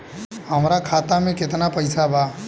हमरा खाता मे केतना पैसा बा?